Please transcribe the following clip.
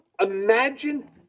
Imagine